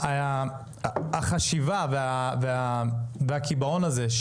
החשיבה והקיבעון הזה,